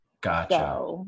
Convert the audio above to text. gotcha